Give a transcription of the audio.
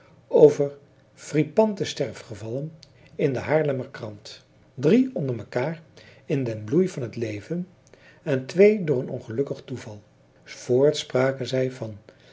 over fripante sterfgevallen in de haarlemmer krant drie onder mekaar in den bloei van t leven en twee door een ongelukkig toeval voorts spraken zij van